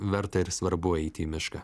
verta ir svarbu eiti į mišką